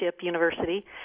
university